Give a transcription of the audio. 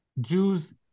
jews